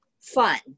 fun